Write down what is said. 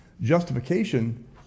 Justification